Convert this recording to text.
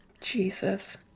Jesus